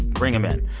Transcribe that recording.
bring them in.